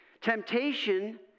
Temptation